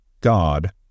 God